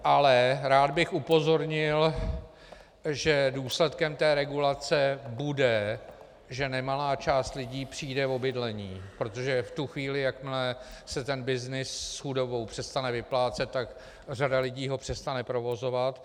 Ale rád bych upozornil, že důsledkem regulace bude, že nemalá část lidí přijde o bydlení, protože v tu chvíli, jakmile se byznys s chudobou přestane vyplácet, tak ho řada lidí přestane provozovat.